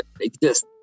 exist